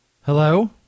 Hello